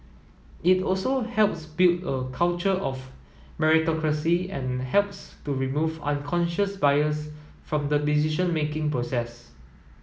it also helps build a culture of meritocracy and helps to remove unconscious bias from the decision making process